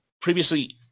previously